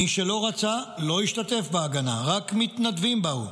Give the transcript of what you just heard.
מי שלא רצה לא השתתף בהגנה, רק מתנדבים באו.